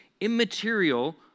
immaterial